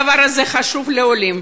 הדבר הזה חשוב לעולים,